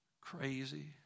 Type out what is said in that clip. crazy